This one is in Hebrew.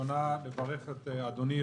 ראשונה לברך את אדוני,